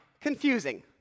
Confusing